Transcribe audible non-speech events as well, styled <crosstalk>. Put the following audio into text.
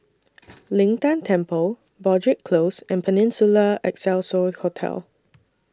<noise> Lin Tan Temple Broadrick Close and Peninsula Excelsior Hotel